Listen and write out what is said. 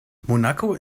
monaco